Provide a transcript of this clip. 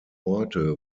orte